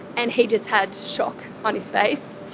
and he just had shock on his face.